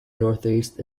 northeast